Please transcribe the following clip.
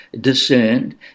discerned